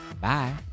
Bye